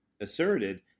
asserted